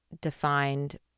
defined